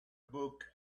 book